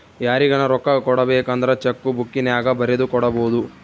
ಯಾರಿಗನ ರೊಕ್ಕ ಕೊಡಬೇಕಂದ್ರ ಚೆಕ್ಕು ಬುಕ್ಕಿನ್ಯಾಗ ಬರೆದು ಕೊಡಬೊದು